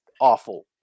awful